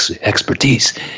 expertise